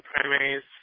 primaries